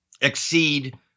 exceed